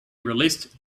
released